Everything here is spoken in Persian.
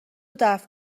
دفع